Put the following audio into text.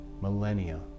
millennia